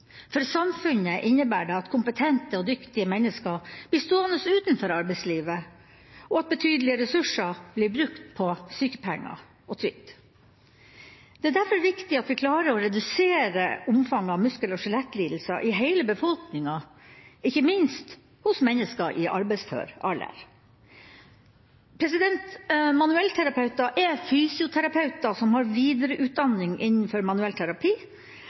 For samfunnet innebærer det at kompetente og dyktige mennesker blir stående utenfor arbeidslivet, og at betydelige ressurser blir brukt på sykepenger og trygd. Det er derfor viktig at vi klarer å redusere omfanget av muskel- og skjelettlidelser i hele befolkninga, ikke minst hos mennesker i arbeidsfør alder. Manuellterapeuter er fysioterapeuter som har videreutdanning innenfor manuellterapi